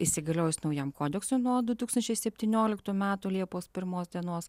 įsigaliojus naujam kodeksui nuo du tūkstančiai septynioliktų metų liepos pirmos dienos